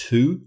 Two